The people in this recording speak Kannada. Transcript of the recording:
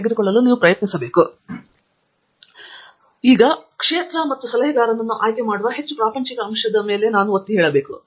ಪ್ರೊಫೆಸರ್ ಆಂಡ್ರ್ಯೂ ಥಂಗರಾಜ್ ಆದ್ದರಿಂದ ಪ್ರದೇಶ ಮತ್ತು ಸಲಹೆಗಾರನನ್ನು ಆಯ್ಕೆಮಾಡುವ ಹೆಚ್ಚು ಪ್ರಾಪಂಚಿಕ ಅಂಶದ ಮೇಲೆ ನಾನು ಸ್ಪರ್ಶಿಸಲೇ ಬೇಕು